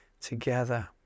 together